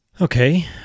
Okay